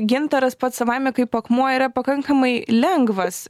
gintaras pats savaime kaip akmuo yra pakankamai lengvas